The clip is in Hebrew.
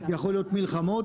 יכול להיות מלחמות,